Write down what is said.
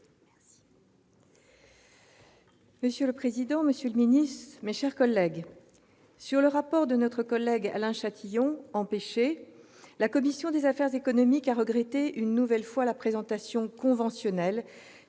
Monsieur le président, monsieur le secrétaire d'État, mes chers collègues, sur le rapport de notre collègue Alain Chatillon, empêché, la commission des affaires économiques a regretté une nouvelle fois la présentation « conventionnelle